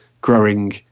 growing